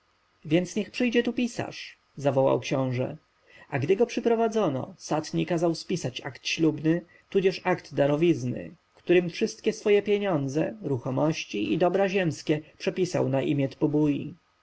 więc niech przyjdzie tu pisarz zawołał książę a gdy go przyprowadzono satni kazał spisać akt ślubny tudzież akt darowizny którym wszystkie swoje pieniądze ruchomości i dobra ziemskie przepisał na imię